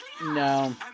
No